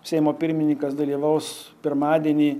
seimo pirmininkas dalyvaus pirmadienį